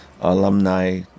alumni